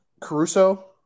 Caruso